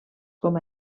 com